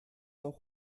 auch